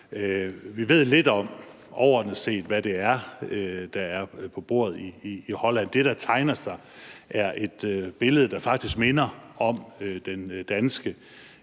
Vi ved overordnet set lidt om, hvad det er, der er på bordet i Holland. Det billede, der tegner sig, er et billede, der faktisk minder om det danske,